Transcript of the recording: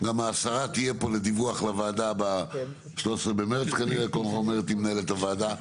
השרה תהיה פה לדיווח לוועדה ב-13 במרץ מה שתואם עם מנהלת הוועדה.